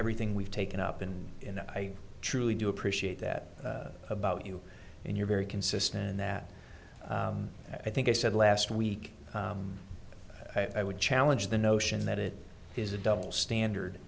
everything we've taken up and in i truly do appreciate that about you and you're very consistent in that i think i said last week i would challenge the notion that it is a double standard